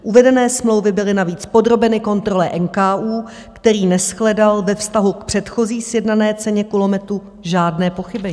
Uvedené smlouvy byly navíc podrobeny kontrole NKÚ, který neshledal ve vztahu k předchozí sjednané ceně kulometů žádné pochybení.